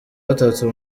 gatatu